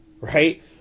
right